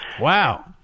Wow